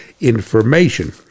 information